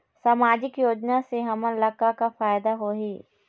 सामाजिक योजना से हमन ला का का फायदा होही?